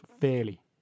fairly